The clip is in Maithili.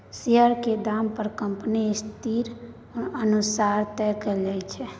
शेयर केर दाम कंपनीक स्थिति अनुसार तय कएल जाइत छै